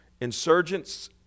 insurgents